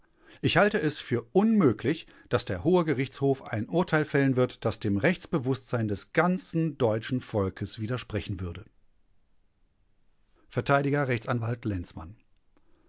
ich halte es für unmöglich daß der hohe gerichtshof ein urteil fällen wird das dem rechtsbewußtsein des ganzen deutschen volkes widersprechen würde verteidiger rechtsanwalt lenzmann